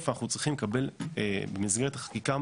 אנחנו צריכים לקבל מענה במסגרת החקיקה,